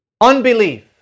Unbelief